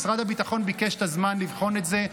משרד הביטחון ביקש את הזמן לבחון את זה.